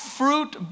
fruit